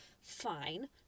fine